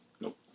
Nope